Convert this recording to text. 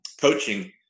coaching